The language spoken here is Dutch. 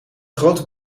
grote